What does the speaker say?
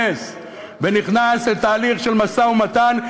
Yes"; ונכנס לתהליך של משא-ומתן.